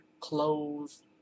Clothes